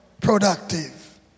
productive